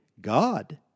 God